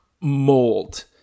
mold